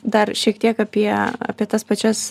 dar šiek tiek apie apie tas pačias